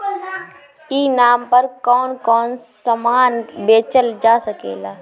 ई नाम पर कौन कौन समान बेचल जा सकेला?